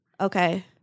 Okay